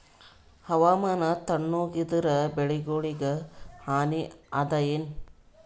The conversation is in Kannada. ಹವಾಮಾನ ತಣುಗ ಇದರ ಬೆಳೆಗೊಳಿಗ ಹಾನಿ ಅದಾಯೇನ?